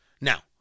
Now